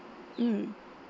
mm